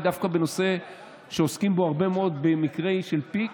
דווקא בנושא שעוסקים בו הרבה מאוד במקרים של פיק,